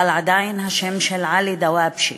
עדיין השם של עלי דוואבשה,